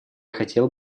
хотел